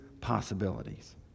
possibilities